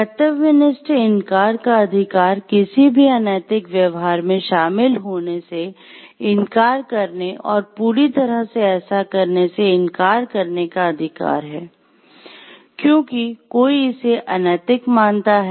कर्तव्यनिष्ठ इनकार का अधिकार किसी भी अनैतिक व्यवहार में शामिल होने से इनकार करने और पूरी तरह से ऐसा करने से इनकार करने का अधिकार है क्योंकि कोई इसे अनैतिक मानता है